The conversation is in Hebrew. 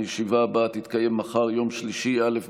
הישיבה הבאה תתקיים מחר, יום שלישי, א'